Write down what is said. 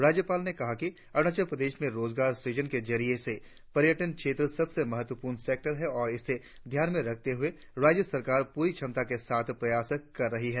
राज्यपाल ने कहा कि अरुणाचल प्रदेश में रोजगार सृजन के नजरिए से पर्यटन क्षेत्र सबसे महत्वपूर्ण सेक्टर है और इसे ध्यान में रखते हुए राज्य सरकार प्ररी क्षमता के साथ प्रयास कर रही है